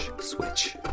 switch